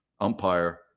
umpire